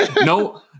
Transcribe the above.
No